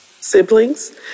siblings